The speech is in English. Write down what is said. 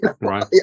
Right